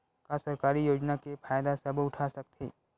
का सरकारी योजना के फ़ायदा सबो उठा सकथे?